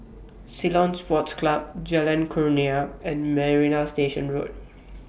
Ceylon Sports Club Jalan Kurnia and Marina Station Road